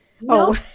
No